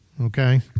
okay